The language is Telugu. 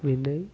వినయ్